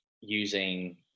using